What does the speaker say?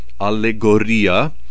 allegoria